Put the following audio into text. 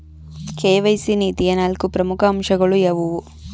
KYC ನೀತಿಯ ನಾಲ್ಕು ಪ್ರಮುಖ ಅಂಶಗಳು ಯಾವುವು?